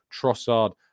Trossard